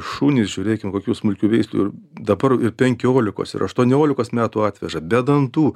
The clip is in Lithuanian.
šunys žiūrėkim kokių smulkių veislių dabar ir penkiolikos ir aštuoniolikos metų atveža be dantų